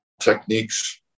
techniques